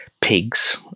pigs